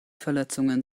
verletzungen